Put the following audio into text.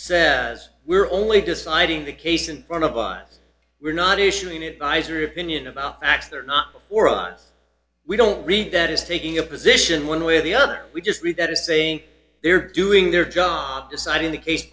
as we're only deciding the case in front of us we're not issuing advisory opinion about x they're not orions we don't read that is taking a position one way or the other we just read that as saying they're doing their job deciding the ca